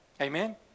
Amen